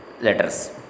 letters